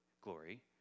glory